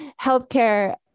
healthcare